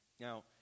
now